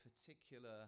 particular